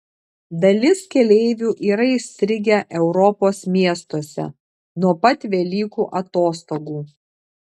dalis keleivių yra įstrigę europos miestuose nuo pat velykų atostogų